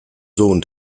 sohn